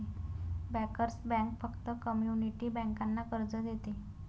bankers bank फक्त community बँकांना कर्ज देते